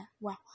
wow